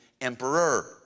emperor